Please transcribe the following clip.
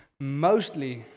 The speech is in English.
mostly